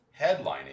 headlining